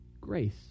grace